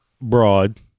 broad